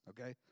okay